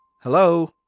Hello